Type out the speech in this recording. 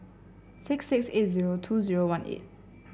six six eight zero two zero one eight